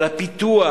על הפיתוח,